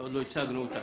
שעוד לא הצגנו אותם.